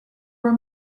were